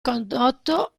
condotto